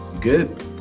Good